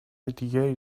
دیگری